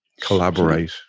collaborate